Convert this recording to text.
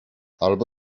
albo